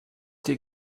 dir